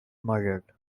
murdered